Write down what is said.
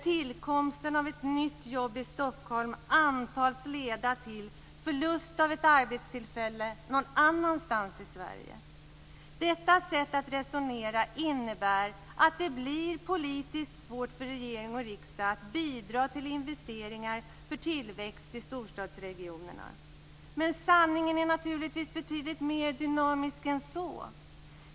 Tillkomsten av ett nytt jobb i Stockholm antas leda till förlust av ett arbetstillfälle någon annanstans i Sverige. Detta sätt att resonera innebär att det blir politiskt svårt för regering och riksdag att bidra till investeringar för tillväxt i storstadsregionerna. Men sanningen är naturligtvis betydligt mer dynamisk än så.